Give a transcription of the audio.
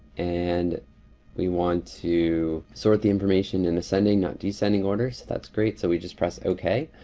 and we want to sort the information in ascending not descending order, that's great. so, we just press okay.